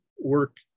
work